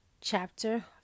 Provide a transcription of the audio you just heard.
chapter